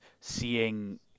seeing